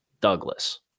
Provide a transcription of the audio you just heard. Douglas